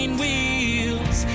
wheels